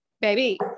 baby